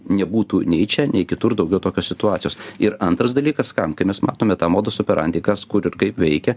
nebūtų nei čia nei kitur daugiau tokios situacijos ir antras dalykas kam kai mes matome tą modus operandi kas kur ir kaip veikia